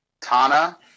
Tana